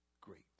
great